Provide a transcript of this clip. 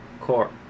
core